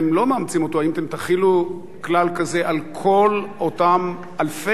האם אתם תחילו כלל כזה על כל אותם אלפי בתים,